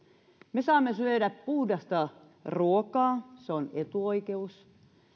me saamme syödä puhdasta ruokaa se on etuoikeus